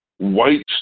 White